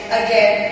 again